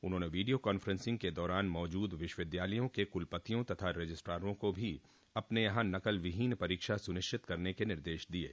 उन्होंने video conferencing के दौरान मौजूद विश्वविद्यालयों के कुलपतियों तथा रजिस्टारों को भी अपने यहां नकल विहीन परीक्षा सुनिश्चित करने के निर्देश दिये